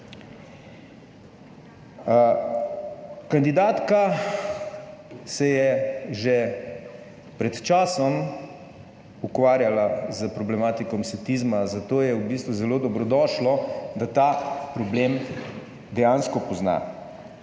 Kandidatka se je že pred časom ukvarjala s problematiko satizma, zato je v bistvu zelo dobrodošlo, da ta problem dejansko pozna.